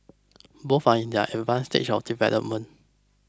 both are in their advanced stage of development